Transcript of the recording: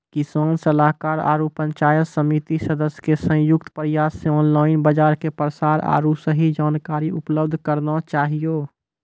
किसान सलाहाकार आरु पंचायत समिति सदस्य के संयुक्त प्रयास से ऑनलाइन बाजार के प्रसार आरु सही जानकारी उपलब्ध करना चाहियो?